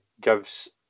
gives